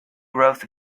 growth